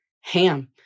ham